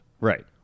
right